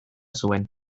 zuen